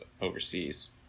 overseas